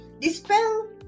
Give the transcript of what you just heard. dispel